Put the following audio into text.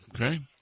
okay